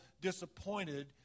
disappointed